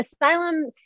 Asylum